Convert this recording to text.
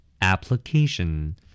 application